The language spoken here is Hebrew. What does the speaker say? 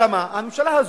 אלא מה, הממשלה הזאת,